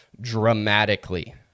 dramatically